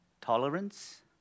tolerance